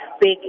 big